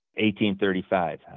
1835